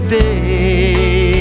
day